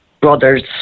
brothers